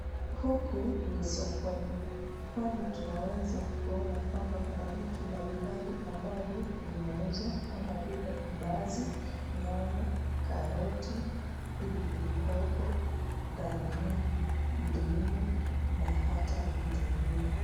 Huku ni sokoni, kwani tunaweza kuona kuna vitu vinauza kama vile mbaazi, nyanya, karoti , pilipilihoho, dania, ndimu na hata vitunguu.